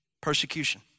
persecution